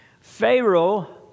Pharaoh